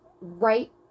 right